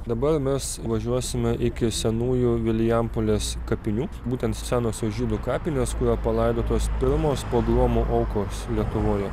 dabar mes važiuosime iki senųjų vilijampolės kapinių būtent senosios žydų kapinės kur yra palaidotos pirmos pogromo aukos lietuvoje